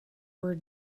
were